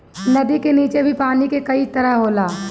नदी का नीचे भी पानी के कई तह होला